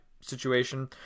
situation